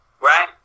right